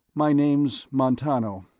my name's montano.